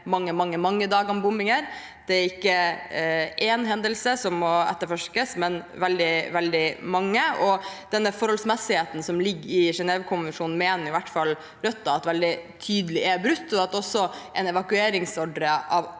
vært mange, mange dager med bombinger. Det er ikke én hendelse som må etterforskes, men veldig, veldig mange. Den forholdsmessigheten som ligger i Genèvekonvensjonene, mener i hvert fall Rødt at veldig tydelig er brutt. Det er gitt en evakueringsordre